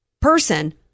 person